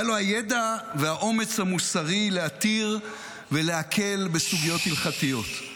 היה לו הידע והאומץ המוסרי להתיר ולהקל בסוגיות הלכתיות.